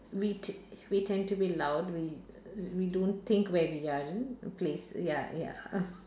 we t~ we tend be loud we we don't think where we are in place ya ya